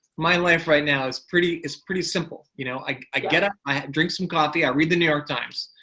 my life right now is pretty is pretty simple. you know i i get up, i drink some coffee, i read the new york times.